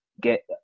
get